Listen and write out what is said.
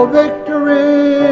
victory